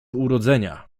urodzenia